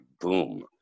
boom